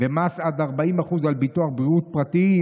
ומס עד 40% על ביטוחי בריאות פרטיים.